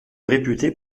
réputé